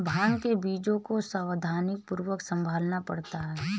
भांग के बीजों को सावधानीपूर्वक संभालना पड़ता है